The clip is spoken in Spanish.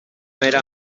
era